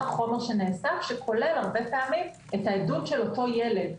החומר שנאסף שכולל הרבה פעמים את העדות של אותו ילד.